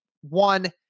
one